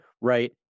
right